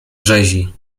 rzezi